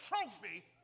trophy